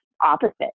opposite